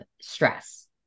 stress